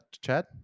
Chad